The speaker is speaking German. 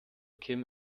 kim